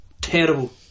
terrible